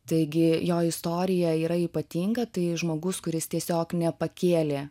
taigi jo istorija yra ypatinga tai žmogus kuris tiesiog nepakėlė